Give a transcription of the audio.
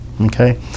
okay